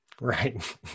Right